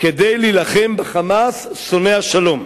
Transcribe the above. "להילחם ב'חמאס' שונא השלום".